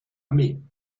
armee